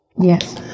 Yes